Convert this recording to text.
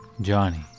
Johnny